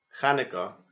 Hanukkah